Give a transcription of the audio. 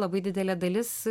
labai didelė dalis